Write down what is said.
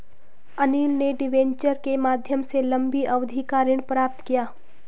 अनिल ने डिबेंचर के माध्यम से लंबी अवधि का ऋण प्राप्त किया